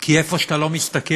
כי איפה שאתה לא מסתכל,